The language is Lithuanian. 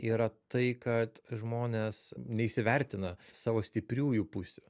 yra tai kad žmonės neįsivertina savo stipriųjų pusių